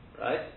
right